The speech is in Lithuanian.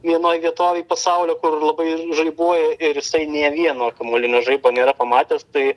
vienoj vietovėj pasaulio kur labai žaibuoja ir jisai nė vieno kamuolinio žaibo nėra pamatęs tai